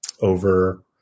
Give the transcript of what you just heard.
over